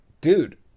dude